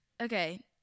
okay